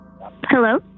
Hello